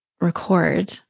record